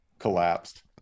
collapsed